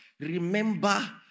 remember